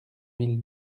mille